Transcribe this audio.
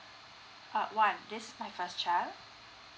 uh one this is my first child